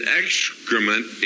excrement